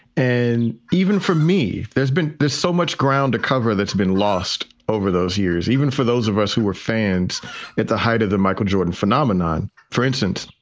and even for me, there's been there's so much ground to cover that's been lost over those years, even for those of us who were fans at the height of the michael jordan phenomenon. for instance,